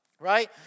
right